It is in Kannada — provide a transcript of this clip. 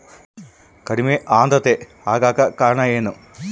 ಕಡಿಮೆ ಆಂದ್ರತೆ ಆಗಕ ಕಾರಣ ಏನು?